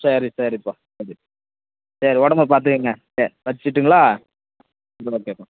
சரி சரிப்பா ஓகே சரி உடம்ப பார்த்துக்குங்க சரி வச்சுட்டுங்களா அப்போ ஓகேப்பா